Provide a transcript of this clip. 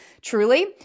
truly